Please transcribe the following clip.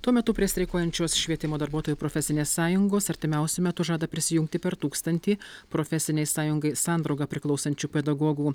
tuo metu prie streikuojančios švietimo darbuotojų profesinės sąjungos artimiausiu metu žada prisijungti per tūkstantį profesinei sąjungai sandrauga priklausančių pedagogų